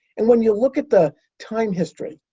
and when you look at the time history,